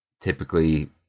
typically